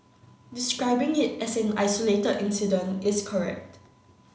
describing it as an isolated incident is correct